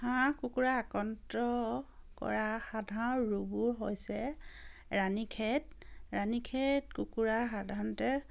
হাঁহ কুকুৰা আক্ৰান্ত কৰা সাধাৰণ ৰোগবোৰ হৈছে ৰাণী খেত ৰাণী খেত কুকুৰা সাধাৰণতে